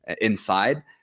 inside